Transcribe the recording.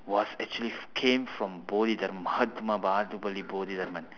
was actually came from bodhidharma mahatma baahubali bodhidharman